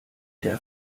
der